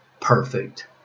Perfect